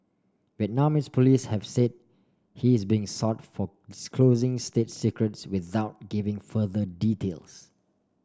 Vietnamese police have said he is being sought for disclosing state secrets without giving further details